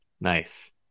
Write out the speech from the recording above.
Nice